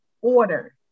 order